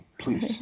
Please